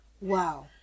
wow